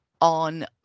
on